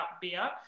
beer